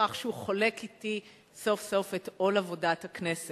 כך שהוא חולק אתי סוף-סוף את עול עבודת הכנסת.